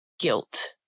Guilt